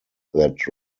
that